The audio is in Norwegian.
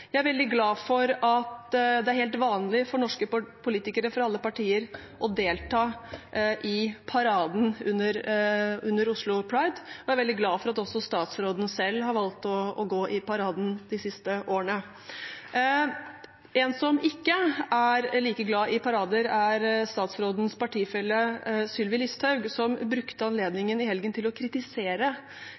Jeg er veldig glad for at det er helt vanlig for norske politikere fra alle partier å delta i paraden under Oslo Pride, og jeg er veldig glad for at også statsråden selv har valgt å gå i paraden de siste årene. En som ikke er like glad i parader, er statsrådens partifelle Sylvi Listhaug, som brukte anledningen i helgen til å kritisere